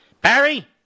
Barry